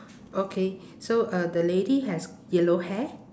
okay so uh the lady has yellow hair